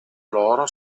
loro